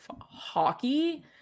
hockey